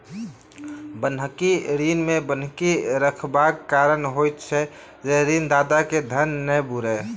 बन्हकी ऋण मे बन्हकी रखबाक कारण होइत छै जे ऋणदाताक धन नै बूड़य